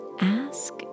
ask